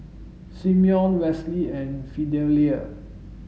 Simeon Westley and Fidelia